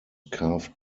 carved